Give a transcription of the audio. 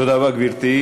תודה רבה, גברתי.